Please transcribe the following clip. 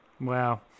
Wow